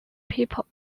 people